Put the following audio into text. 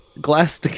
glass